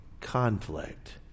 conflict